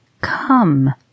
Come